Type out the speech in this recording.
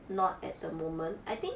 not at the moment I think